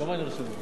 כמה נרשמו?